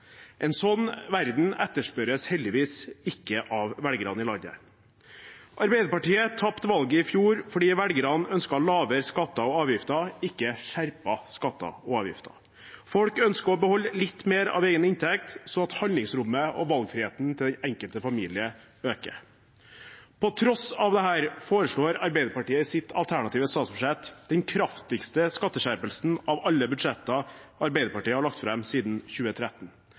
En sånn verden etterspørres heldigvis ikke av velgerne i landet. Arbeiderpartiet tapte valget i fjor fordi velgerne ønsket lavere skatter og avgifter, ikke skjerpede skatter og avgifter. Folk ønsker å beholde litt mer av egen inntekt, slik at handlingsrommet og valgfriheten til den enkelte familie øker. På tross av dette foreslår Arbeiderpartiet i sitt alternative statsbudsjett den kraftigste skatteskjerpelsen av alle budsjetter Arbeiderpartiet har lagt fram siden 2013.